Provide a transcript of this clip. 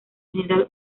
general